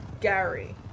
Gary